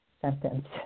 sentence